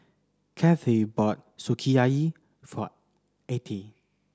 Cathey bought Sukiyaki for Attie